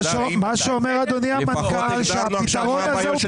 מה שאומר אדוני המנכ"ל שהפתרון הזה הוא